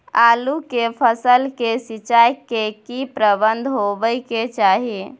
आलू के फसल के सिंचाई के की प्रबंध होबय के चाही?